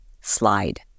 slide